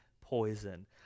poison